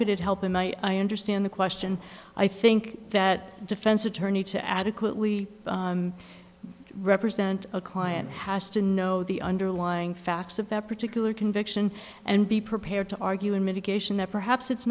could it help him i understand the question i think that defense attorney to adequately represent a client has to know the underlying facts of that particular conviction and be prepared to argue in mitigation that perhaps it's